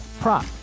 prop